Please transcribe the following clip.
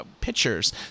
pictures